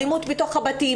אלימות בתוך הבתים